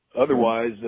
otherwise